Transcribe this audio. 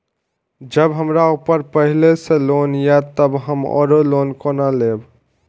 जब हमरा ऊपर पहले से लोन ये तब हम आरो लोन केना लैब?